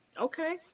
Okay